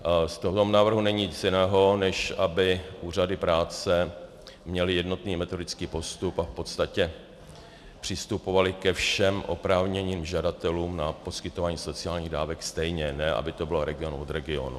V tomto návrhu není nic jiného, než aby úřady práce měly jednotný metodický postup a v podstatě přistupovaly ke všem oprávněným žadatelům na poskytování sociálních dávek stejně, ne aby to bylo region od regionu.